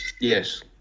Yes